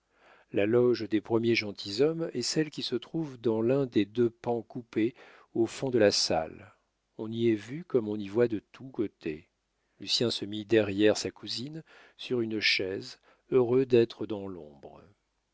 la loge des premiers gentilshommes est celle qui se trouve dans l'un des deux pans coupés au fond de la salle on y est vu comme on y voit de tous côtés lucien se mit derrière sa cousine sur une chaise heureux d'être dans l'ombre